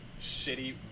shitty